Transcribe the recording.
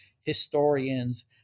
historians